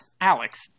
Alex